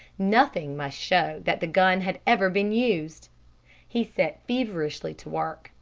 nothing must show that the gun had ever been used he set feverishly to work.